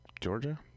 Georgia